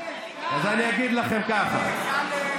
אלכס, אז אני אגיד לכם ככה, אלכס,